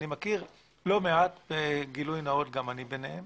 אני מכיר לא מעט גילוי נאות, גם אני ביניהם